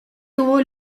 tuvo